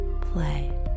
play